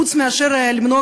חוץ מאשר למנוע,